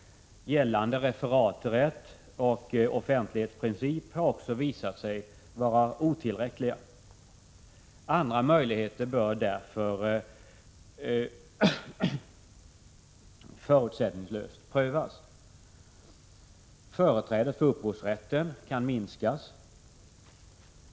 Gällande referaträtt och offentlighetsprincip har också visat sig vara otillräckliga. Andra möjligheter bör därför förutsättningslöst prövas. Företrädet för upphovsrätten kan minskas.